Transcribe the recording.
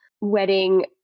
wedding